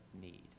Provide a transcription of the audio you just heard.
need